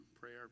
prayer